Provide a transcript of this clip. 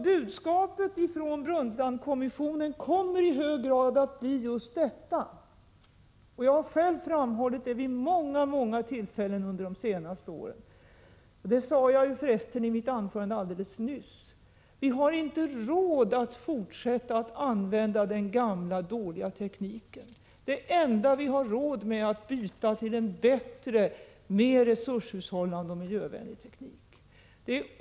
Budskapet från Brundtlandkommissionen kommer i hög grad att bli just detta — jag har själv framhållit det vid många tillfällen under de senaste åren, och jag sade det förresten i mitt anförande alldeles nyss: Vi har inte råd att fortsätta att använda den gamla dåliga tekniken. Det enda vi har råd med är att byta till en bättre, mer resurshushållande och miljövänlig teknik.